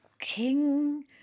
King